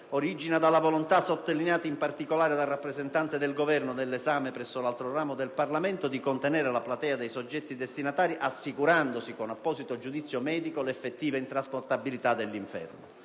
origina dalla volontà, sottolineata in particolare dal rappresentante del Governo nel corso dell'esame presso l'altro ramo del Parlamento, di contenere la platea dei soggetti destinatari, assicurandosi, con apposito giudizio medico, l'effettiva intrasportabilità dell'infermo.